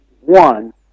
one